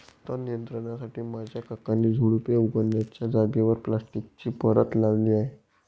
तण नियंत्रणासाठी माझ्या काकांनी झुडुपे उगण्याच्या जागेवर प्लास्टिकची परत लावली आहे